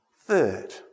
Third